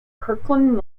kirkland